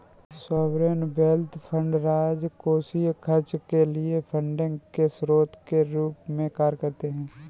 sovereign wealth fund राजकोषीय खर्च के लिए फंडिंग के स्रोत के रूप में कार्य करते हैं